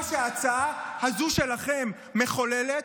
מה שההצעה הזו שלכם מחוללת,